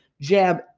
jab